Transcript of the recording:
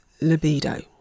libido